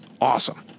awesome